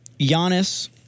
Giannis